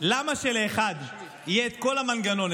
למה שלאחד יהיה את כל המנגנון,